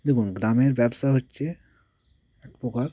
দেখুন গ্রামের ব্যবসা হচ্ছে এক প্রকার